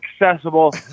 accessible